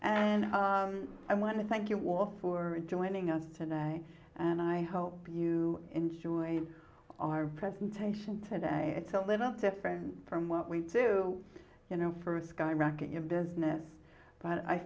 and i want to thank you all for joining us today and i hope you enjoyed our presentation today it's a little different from what we do you know first skyrocket your business but i